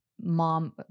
mom